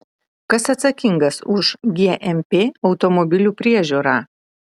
kas atsakingas už gmp automobilių priežiūrą